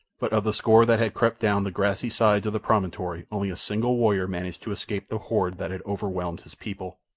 but of the score that had crept down the grassy sides of the promontory only a single warrior managed to escape the horde that had overwhelmed his people.